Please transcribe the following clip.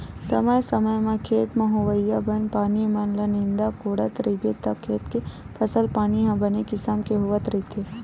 समे समे म खेत म होवइया बन पानी मन ल नींदत कोड़त रहिबे त खेत के फसल पानी ह बने किसम के होवत रहिथे